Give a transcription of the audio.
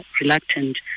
reluctant